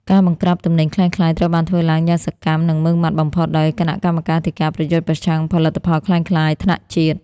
ការបង្ក្រាបទំនិញក្លែងក្លាយត្រូវបានធ្វើឡើងយ៉ាងសកម្ម និងម៉ឺងម៉ាត់បំផុតដោយ "គណៈកម្មាធិការប្រយុទ្ធប្រឆាំងផលិតផលក្លែងក្លាយ" ថ្នាក់ជាតិ។